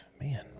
Man